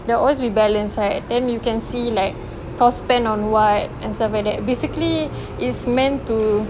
there will always be balance right then you can see like kau spend on what and stuff like that basically it's meant to